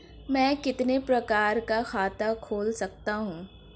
मैं कितने प्रकार का खाता खोल सकता हूँ?